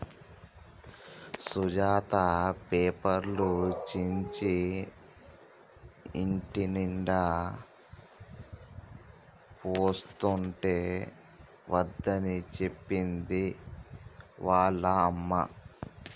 సుజాత పేపర్లు చించి ఇంటినిండా పోస్తుంటే వద్దని చెప్పింది వాళ్ళ అమ్మ